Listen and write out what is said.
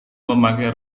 memakai